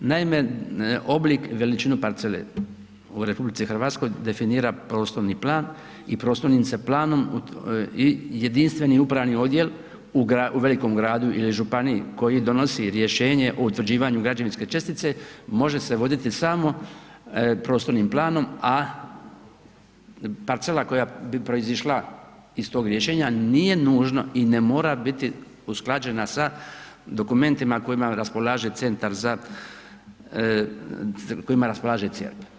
Naime, oblik, veličinu parcele u RH definira prostorni plan i prostornim se planom i jedinstveni upravi odjel u velikom gradu ili županiji koji donosi rješenje o utvrđivanju građevinske čestice može se voditi samo prostornim planom, a parcela koja bi proizišla iz tog rješenja nije nužno i ne mora biti usklađena sa dokumentima kojima raspolaže centar za, kojima raspolaže CERP.